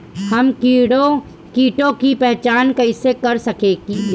हम कीटों की पहचान कईसे कर सकेनी?